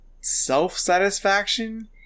self-satisfaction